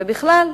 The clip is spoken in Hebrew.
ובכלל,